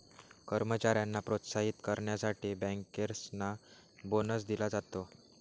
कर्मचाऱ्यांना प्रोत्साहित करण्यासाठी बँकर्सना बोनस दिला जातो